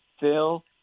Phil